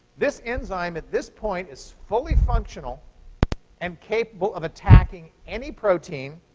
this enzyme, at this point, is fully functional and capable of attacking any protein